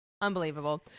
unbelievable